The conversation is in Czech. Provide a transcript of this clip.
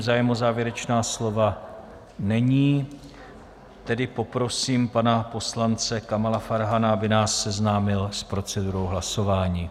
Zájem o závěrečná slova není, tedy poprosím pana poslance Kamala Farhana, aby nás seznámil s procedurou hlasování.